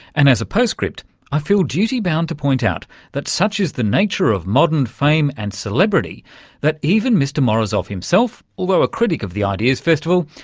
and as a post-script i feel duty bound to point out that such is the nature of modern fame and celebrity that even mr morozov himself, although a critic of the ideas festival,